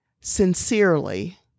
sincerely